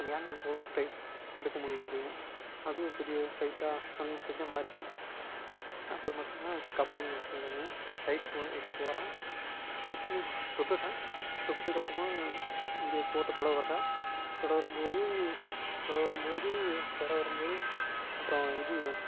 ஏன்டா கோலை ட்ரை தடுக்க முடியல அப்படின்னு அது ஒரு பெரிய ஃபைட்டாக வன்ம பிரச்சனையாக மாறிச்சி அப்புறோம் பார்த்திங்கனா கபடி நினச்சி வந்து பார்த்திங்கனா ரைடு போ ஒருத்தன் போகறான் போயிவிட்டு தொட்டுவிட்டான் தொட்டத்துக்கு அப்புறமா இது கோட்டை தொட வரான் தொட வரும் போது தொட வரும் போது தொட வரும் போது அப்புறோம் இது